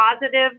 positive